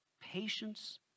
Patience